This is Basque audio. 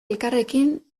elkarrekin